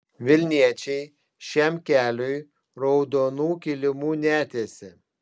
vilniečiai šiam keliui raudonų kilimų netiesė